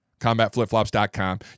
CombatFlipFlops.com